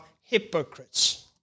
hypocrites